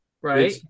right